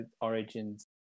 Origins